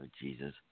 Jesus